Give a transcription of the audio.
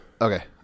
Okay